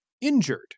Injured